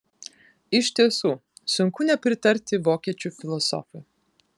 iš tiesų sunku nepritarti vokiečių filosofui